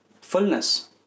fullness